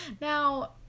Now